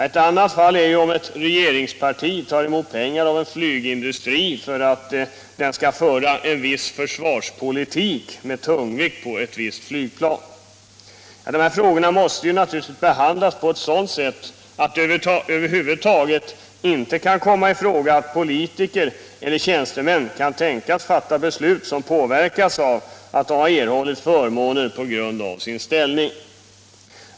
Ett annat fall är om ett regeringsparti tar emot pengar av en flygindustri för att det skall föra en viss försvarspolitik med tyngdpunkt på ett visst flygplan. Dessa frågor måste naturligtvis behandlas på ett sådant sätt att det över huvud taget inte kan komma i fråga att politiker eller tjänstemän kan tänkas fatta beslut som påverkats av att de har erhållit förmåner på grund av sin ställning.